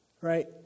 right